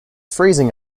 freezing